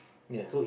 ya